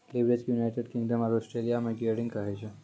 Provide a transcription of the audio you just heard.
leverage के United Kingdom आरो Australia मे गियरिंग कहै छै